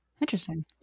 Interesting